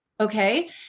okay